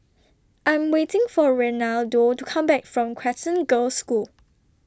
I Am waiting For Reinaldo to Come Back from Crescent Girls' School